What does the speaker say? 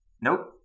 nope